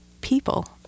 people